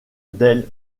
del